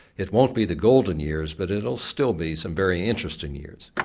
it won't be the golden years but it will still be some very interesting years.